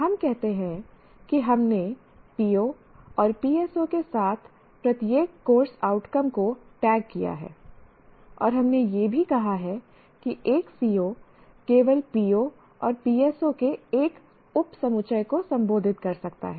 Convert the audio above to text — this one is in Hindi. हम कहते हैं कि हमने POs और PSOs के साथ प्रत्येक कोर्स आउटकम को टैग किया है और हमने यह भी कहा है कि एक CO केवल PO और PSO के एक उप समूचय को संबोधित कर सकता है